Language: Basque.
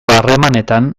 harremanetan